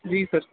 جی سر